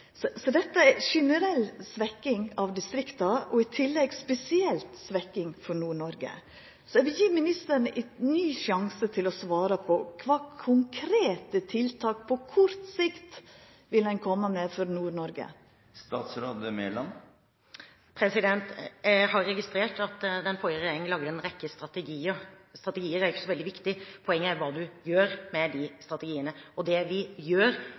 Dette er ei generell svekking av distrikta og i tillegg spesielt svekking for Nord-Noreg. Eg vil gje ministeren ein ny sjanse til å svara på kva konkrete tiltak ein på kort sikt vil koma med for Nord-Noreg. Jeg har registrert at den forrige regjeringen laget en rekke strategier. Strategier er jo ikke så veldig viktig, poenget er hva du gjør med de strategiene. Det vi gjør